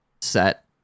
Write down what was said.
set